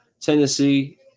Tennessee